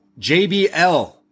JBL